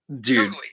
dude